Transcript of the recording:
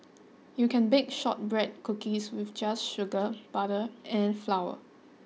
you can bake shortbread cookies with just sugar butter and flour